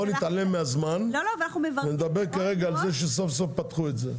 בואו נתעלם מהזמן ונדבר כרגע על זה שסוף סוף פתחו את זה.